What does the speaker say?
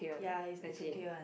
ya is is okay one